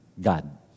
God